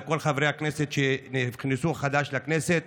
לכל חברי הכנסת החדשים שנכנסו לכנסת,